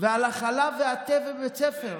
ועל החלב והתה בבית ספר.